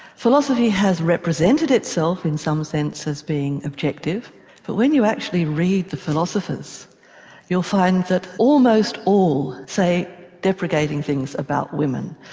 philosophy has represented itself in some sense as being objective but when you actually read the philosophers you'll find that almost all say deprecating things about women.